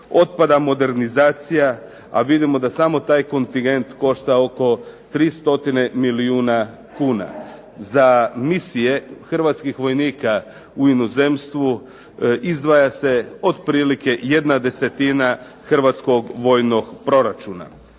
Otpada modernizacija a vidimo da samo taj kontingent košta oko 3 stotine milijuna kuna. Za misije hrvatskih vojnika u inozemstvu izdvaja se otprilike jedna desetina hrvatskog vojnog proračuna.